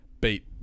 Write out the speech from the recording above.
beat